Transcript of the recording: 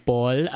Paul